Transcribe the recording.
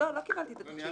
קיבלתי את התחשיב.